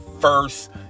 first